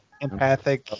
Empathic